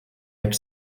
ert